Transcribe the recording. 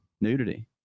nudity